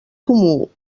comú